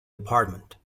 department